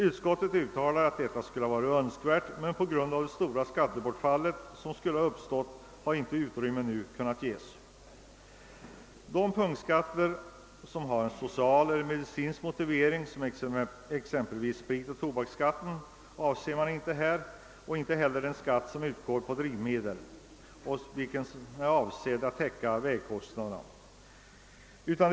Utskottet uttalar att detta skulle ha varit önskvärt, men på grund av det stora skattebortfall som skulle uppstå har inte utrymme för en sådan avveckling kunnat beredas för närvarande. De punktskatter som har en social eller medicinsk motivering — exempelvis spritoch tobaksskatten — avses inte i detta sammanhang liksom inte heller den skatt som utgår på drivmedel och som är avsedd att täcka vägkostnaderna.